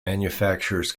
manufactures